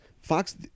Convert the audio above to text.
Fox